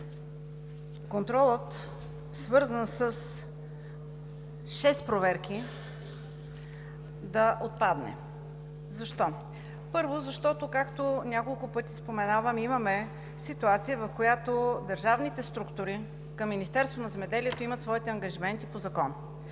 контролът, свързан с шест проверки, да отпадне. Защо? Първо, защото, както няколко пъти споменавам, имаме ситуация, в която държавните структури към Министерството на земеделието имат своите ангажименти по закон,